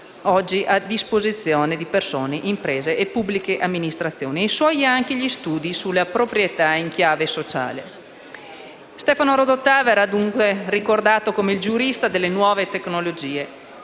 Stefano Rodotà verrà dunque ricordato come il giurista delle nuove tecnologie.